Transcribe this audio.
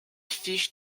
fiches